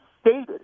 stated